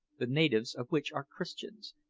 the natives of which are christians,